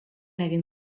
egin